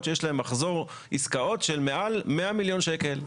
שיש להן מחזור עסקאות של מעל 100 מיליון שקל.